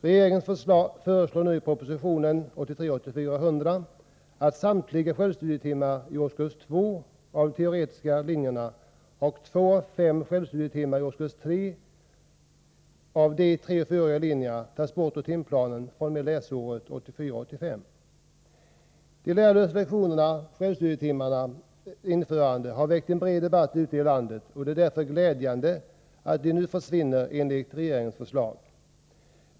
Regeringen föreslår nu i proposition 1983 85. Införandet av de lärarlösa lektionerna, självstudietimmarna, har väckt en bred debatt ute i landet, och det är därför glädjande att de nu enligt regeringens förslag försvinner.